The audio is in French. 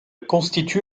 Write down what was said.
constitue